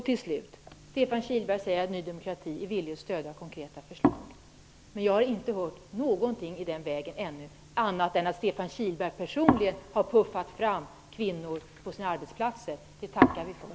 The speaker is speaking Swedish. Till slut: Stefan Kihlberg säger att Ny demokrati är berett att stödja konkreta förslag, men jag har ännu inte hört någonting i den vägen -- inte annat än att Stefan Kihlberg personligen har puffat fram kvinnor på sina arbetsplatser. Det tackar vi för.